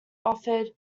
offered